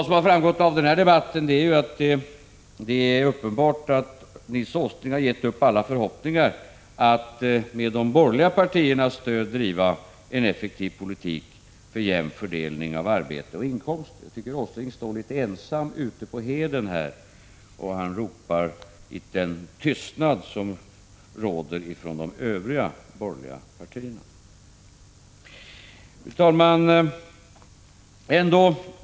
Det har framgått av den här debatten att det är uppenbart att Nils Åsling har gett upp alla förhoppningar om möjligheterna att med de borgerliga partiernas stöd bedriva en effektiv politik för jämn fördelning av arbete och inkomster. Jag tycker att Nils Åsling står litet ensam ute på heden då han ropar i den tystnad som råder bland de övriga borgerliga partierna. Fru talman!